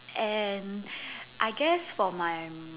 and I guess for my